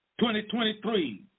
2023